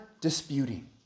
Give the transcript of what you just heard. disputing